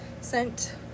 sent